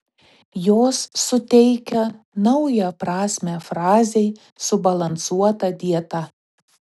jos suteikia naują prasmę frazei subalansuota dieta